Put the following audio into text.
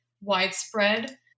widespread